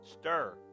Stir